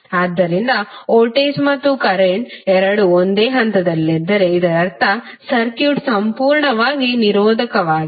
ಆದ್ದರಿಂದ ವೋಲ್ಟೇಜ್ ಮತ್ತು ಕರೆಂಟ್ ಎರಡೂಒಂದೇ ಹಂತದಲ್ಲಿದ್ದರೆ ಇದರರ್ಥ ಸರ್ಕ್ಯೂಟ್ ಸಂಪೂರ್ಣವಾಗಿ ನಿರೋಧಕವಾಗಿದೆ